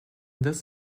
this